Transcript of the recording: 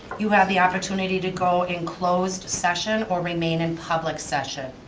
you have the opportunity to go in closed session or remain in public session.